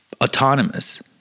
autonomous